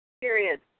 Period